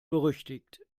berüchtigt